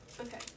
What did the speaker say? Okay